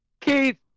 Keith